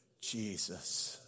Jesus